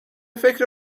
فکر